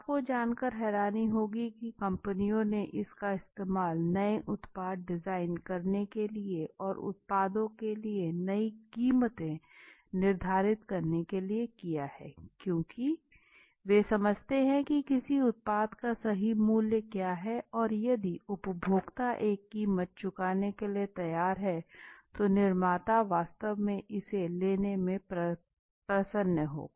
आपको जानकर हैरानी होगी कि कंपनियों ने इसका इस्तेमाल नए उत्पाद डिजाइन प्राप्त करने के लिए और उत्पादों के लिए नई कीमतें निर्धारित करने के किया है क्योंकि उदाहरण के लिए वे समझते हैं कि किसी उत्पाद का सही मूल्य क्या है और यदि उपभोक्ता एक कीमत चुकाने के लिए तैयार है तो निर्माता वास्तव में इसे लेने में प्रसन्न होगा